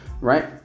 right